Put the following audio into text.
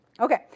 Okay